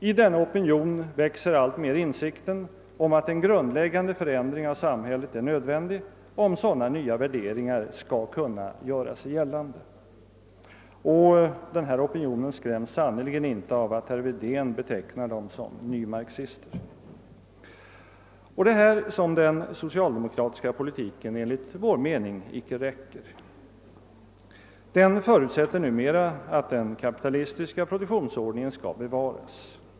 I denna opinion växer alltmer insikten om att en grundläggande förändring av samhället är nödvändig, om sådana nya värderingar skall kunna göra sig gällande, och den opinionen skräms sannerligen inte av att herr Wedén betecknar den som nymarxistisk. Det är här den socialdemokratiska politiken enligt vår mening icke räcker. Den förutsätter numera att den kapitalistiska produktionsordningen skall bevaras.